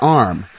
arm